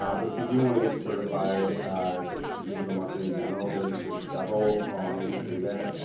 um but if you do want to get certified just in digital marketing in general there's there's several ways to do that.